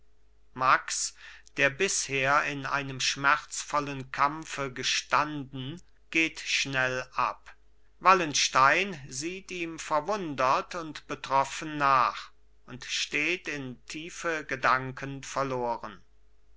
max der bisher in einem schmerzvollen kampfe gestanden geht schnell ab wallenstein sieht ihm verwundert und betroffen nach und steht in tiefe gedanken verloren